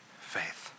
faith